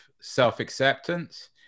self-acceptance